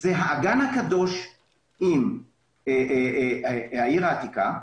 זה האגן הקדוש עם העיר העתיקה,